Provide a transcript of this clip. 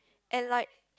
and like